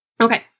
okay